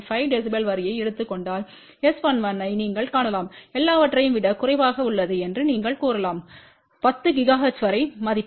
5 dB வரியை எடுத்துக் கொண்டால்S11 ஐநீங்கள் காணலாம் எல்லாவற்றையும் விட குறைவாக உள்ளது என்று நீங்கள் கூறலாம் 10 ஜிகாஹெர்ட்ஸ் வரை மதிப்பு